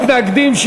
מתנגדים,